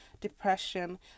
depression